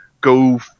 go